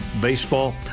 Baseball